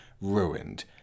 ruined